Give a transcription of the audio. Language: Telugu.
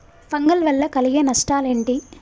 ఫంగల్ వల్ల కలిగే నష్టలేంటి?